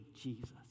Jesus